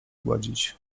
gładzić